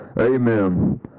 Amen